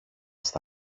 στα